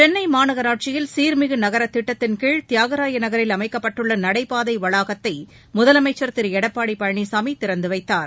சென்னை மாநகராட்சியில் சீர்மிகு நகர திட்டத்தின் கீழ் தியாகராய நகரில் அமைக்கப்பட்டுள்ள நடைபாதை வளாகத்தை முதலமைச்சர் திரு எடப்பாடி பழனிசாமி திறந்து வைத்தார்